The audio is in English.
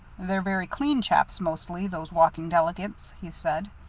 they're very clean chaps, mostly, those walking delegates, he said.